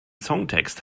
songtext